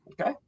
Okay